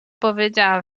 powiedziała